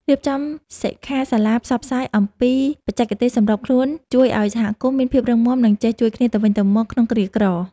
រៀបចំសិក្ខាសាលាផ្សព្វផ្សាយអំពីបច្ចេកទេសសម្របខ្លួនជួយឱ្យសហគមន៍មានភាពរឹងមាំ និង ចេះជួយគ្នាទៅវិញទៅមកក្នុងគ្រាក្រ។